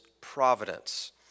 providence